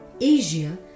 Asia